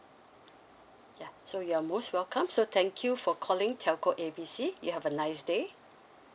ya so you're most welcome so thank you for calling telco A B C you have a nice day